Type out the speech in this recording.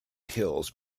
hills